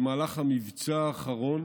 שבמהלך המבצע האחרון